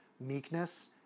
meekness